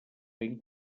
ben